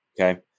Okay